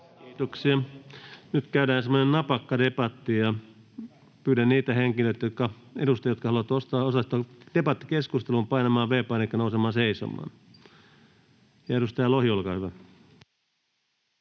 Kiitoksia. — Nyt käydään napakka debatti, ja pyydän niitä edustajia, jotka haluavat osallistua debattikeskusteluun, painamaan V-painiketta ja nousemaan seisomaan. — Edustaja Lohi, olkaa hyvä.